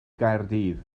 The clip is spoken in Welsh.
gaerdydd